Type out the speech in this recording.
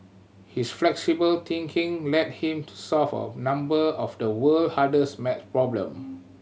his flexible thinking led him to solve a number of the world hardest maths problem